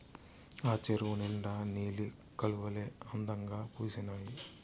ఆ చెరువు నిండా నీలి కలవులే అందంగా పూసీనాయి